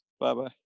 Bye-bye